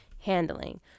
handling